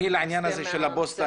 לעניין של הפוסטה,